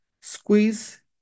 squeeze